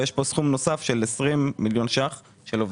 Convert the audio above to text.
ויש פה סכום נוסף של 20 מיליון ש"ח של הלוואות לעובדים.